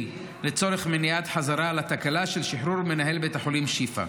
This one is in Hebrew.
לצורך מניעת חזרה על התקלה של שחרור מנהל בית החולים שיפא.